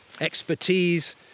expertise